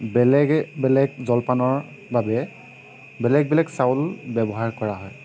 বেলেগে বেলেগ জলপানৰ বাবে বেলেগ বেলেগ চাউল ব্যৱহাৰ কৰা হয়